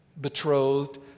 betrothed